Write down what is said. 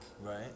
Right